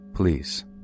Please